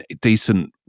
decent